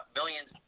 millions